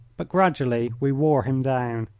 but gradually we wore him down.